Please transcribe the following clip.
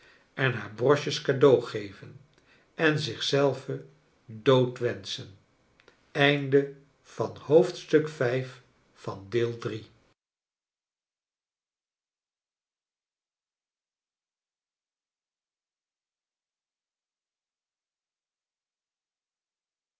en haar broches cadeau geven en zich zelve dood wenschen